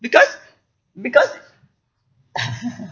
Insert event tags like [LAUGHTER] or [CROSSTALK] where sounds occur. because because [LAUGHS]